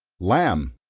lamb.